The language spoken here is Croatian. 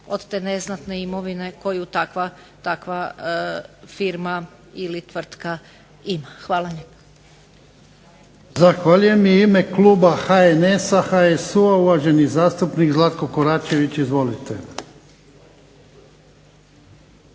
od te neznatne imovine koju takva firma ili tvrtka ima. Hvala lijepa.